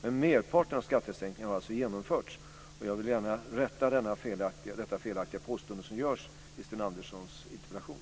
Men merparten av prissänkningen kvarstår alltså. Jag vill gärna rätta det felaktiga påstående som görs i Sten Anderssons interpellation.